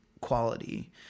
quality